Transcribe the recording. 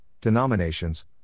denominations